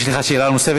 יש לך שאלה נוספת?